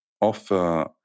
offer